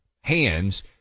hands